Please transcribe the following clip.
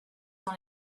dans